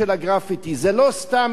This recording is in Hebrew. זה לא סתם איזה דבר,